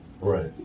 Right